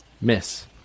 miss